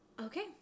Okay